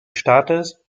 staates